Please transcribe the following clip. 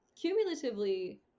cumulatively